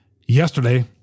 Yesterday